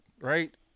right